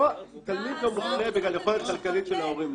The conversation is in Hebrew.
תלמיד לא מופלה בגלל יכולת כלכלית של ההורים.